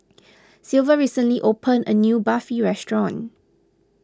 Silvia recently opened a new Barfi restaurant